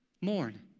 mourn